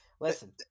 Listen